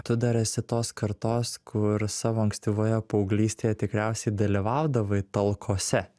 tu dar esi tos kartos kur savo ankstyvoje paauglystėje tikriausiai dalyvaudavai talkose